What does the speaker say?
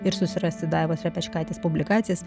ir susirasti daivos repečkaitės publikacijas